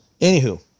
Anywho